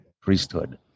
priesthood